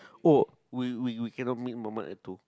oh we we we cannot meet Mamat at two